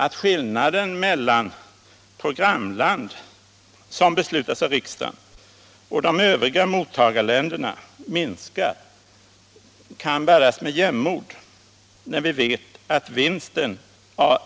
Att skillnaden mellan programland, som beslutas av riksdagen, och de övriga mottagarländerna minskar kan bäras med jämnmod när vi vet att vinsten